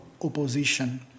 opposition